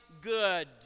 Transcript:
good